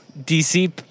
DC